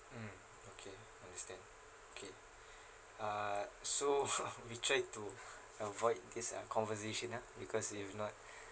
mm okay understand okay uh so we try to avoid this uh conversation ah because if not